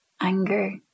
anger